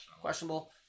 questionable